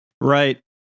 Right